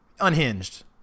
unhinged